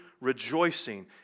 rejoicing